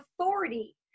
authority